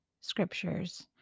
scriptures